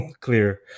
clear